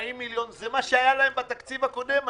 40 מיליון זה מה שהיה להם בתקציב הקודם.